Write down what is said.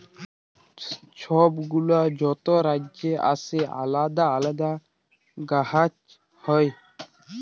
ছব গুলা যত রাজ্যে আসে আলেদা আলেদা গাহাচ হ্যয়